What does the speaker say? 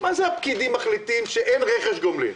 מה זה שהפקידים מחליטים שאין רכש גומלין?